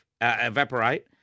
Evaporate